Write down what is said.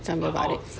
some about it